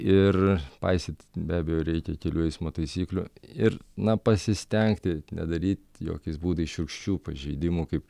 ir paisyti be abejo reikia kelių eismo taisyklių ir na pasistengti nedaryt jokiais būdais šiurkščių pažeidimų kaip